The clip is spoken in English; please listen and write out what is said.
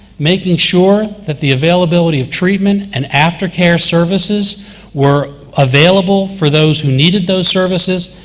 making sure that the availability of treatment and after-care services were available for those who needed those services,